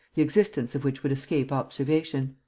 the existence of which would escape observation.